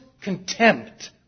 contempt